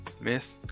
myth